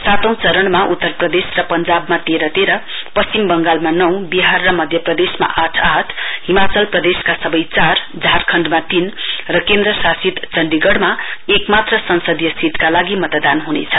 सातौं चरणमा उत्तर प्रदेश र पंजाब तेह्र तेह्रपश्चिम वगालमा नौ विहार र मध्यप्रदेशमा आठ हिमाचल प्रदेशका सबै चार झारखण्डमा तीन र केन्द्रशासित चड़ीगढ़मा एकमात्र संसदीय सीटका लागि मतदान हुनेछ